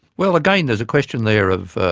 well again there's a question there of